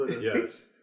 Yes